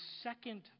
second